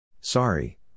Sorry